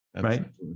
right